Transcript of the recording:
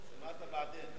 מה זה "בעדין"?